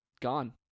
gone